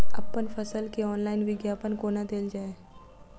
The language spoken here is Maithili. अप्पन फसल केँ ऑनलाइन विज्ञापन कोना देल जाए?